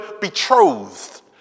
betrothed